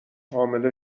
حامله